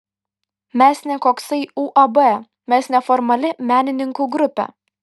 mes ne koksai uab mes neformali menininkų grupė